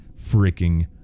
freaking